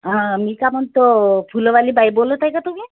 हां मी का म्हणतो फुलंवाली बाई बोलत आहे का तुम्ही